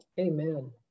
amen